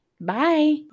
Bye